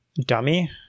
dummy